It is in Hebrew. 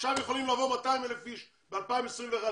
יכולים לבוא 200,000 איש ב-2021,